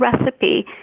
recipe